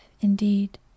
indeed